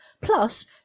plus